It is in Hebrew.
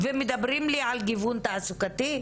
ומדברים איתי על גיוון תעסוקתי?